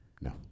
No